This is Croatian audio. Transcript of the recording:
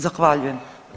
Zahvaljujem.